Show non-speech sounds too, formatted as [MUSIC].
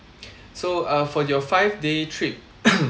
so uh for your five day trip [COUGHS]